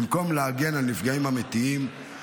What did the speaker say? במקום להגן על נפגעים אמיתיים,